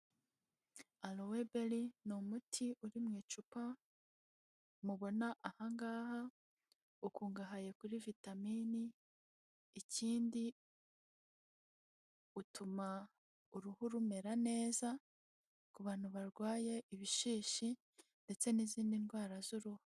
Arowe bari ni umuti uri mu icupa mubona ahangaha ukungahaye kuri vitamini, ikindi utuma uruhu rumera neza ku bantu barwaye ibishishi ndetse n'izindi ndwara z'uruhu.